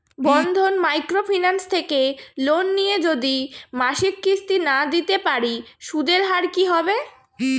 বন্ধন micro finance থেকে loan নিয়ে যদি মাসিক কিস্তি না দিতে পারি সুদের হার কি হবে?